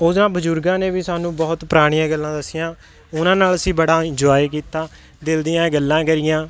ਉਨ੍ਹਾਂ ਬਜ਼ੁਰਗਾਂ ਨੇ ਵੀ ਸਾਨੂੰ ਬਹੁਤ ਪੁਰਾਣੀਆਂ ਗੱਲਾਂ ਦੱਸੀਆਂ ਉਨ੍ਹਾਂ ਨਾਲ ਅਸੀਂ ਬੜਾ ਇੰਜੋਆਏ ਕੀਤਾ ਦਿਲ ਦੀਆਂ ਗੱਲਾਂ ਕਰੀਆਂ